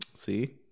See